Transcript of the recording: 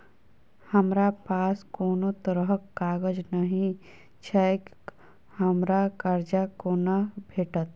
हमरा पास कोनो तरहक कागज नहि छैक हमरा कर्जा कोना भेटत?